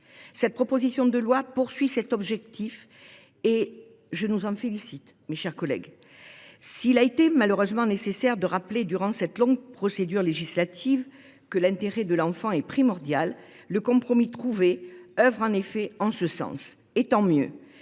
Cette proposition de loi vise cet objectif, et je nous en félicite, mes chers collègues. S’il a été malheureusement nécessaire de rappeler, durant cette longue procédure législative, que l’intérêt de l’enfant était primordial, le compromis trouvé œuvre en ce sens. Tant mieux !